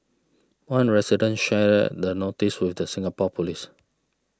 one resident shared the notice with the Singapore police